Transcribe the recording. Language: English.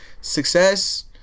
Success